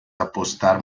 apostar